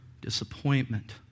disappointment